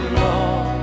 long